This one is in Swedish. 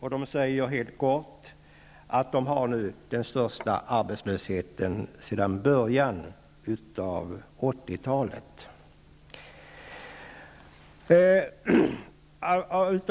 Man säger helt kort att man nu har den största arbetslösheten sedan början av 80-talet.